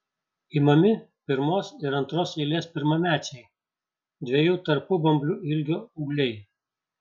imami pirmos ir antros eilės pirmamečiai dviejų tarpubamblių ilgio ūgliai